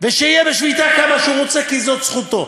ושיהיה בשביתה כמה שהוא רוצה, כי זאת זכותו.